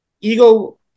ego